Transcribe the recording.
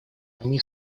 они